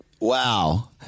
Wow